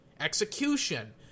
Execution